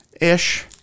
Ish